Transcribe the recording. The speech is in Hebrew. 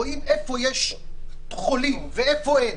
רואים איפה יש חולים ואיפה אין,